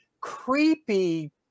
creepy